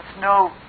no